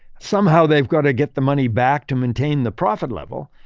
somehow they've got to get the money back to maintain the profit level.